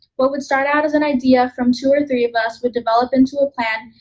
what would start out as an idea from two or three of us would develop into a plan,